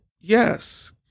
yes